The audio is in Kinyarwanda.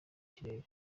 kirere